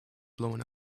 blowing